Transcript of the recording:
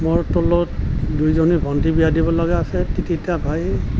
মোৰ তলত দুজনী ভণ্টি বিয়া দিব লগা আছে কেতিয়াবা হয়